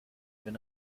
wenn